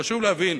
חשוב להבין